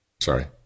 Sorry